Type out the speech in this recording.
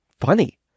funny